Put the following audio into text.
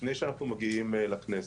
לפני שאנחנו מגיעים לכנסת.